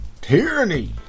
tyranny